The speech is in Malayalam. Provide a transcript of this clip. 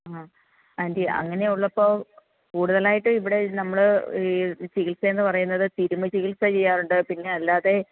ആ ആൻറ്റീ അങ്ങനെയുള്ളപ്പോൾ കൂടുതലായിട്ട് ഇവിടെ നമ്മൾ ഈ ചികിത്സയെന്നു പറയുന്നത് തിരുമ്മൽ ചികിത്സ ചെയ്യാറുണ്ട് പിന്നെ അല്ലാതെ